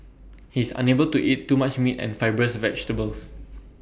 he is unable to eat too much meat and fibrous vegetables